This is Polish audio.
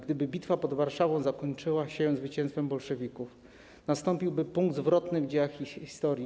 Gdyby bitwa pod Warszawą zakończyła się zwycięstwem bolszewików, nastąpiłby punkt zwrotny w dziejach historii.